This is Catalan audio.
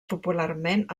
popularment